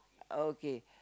okay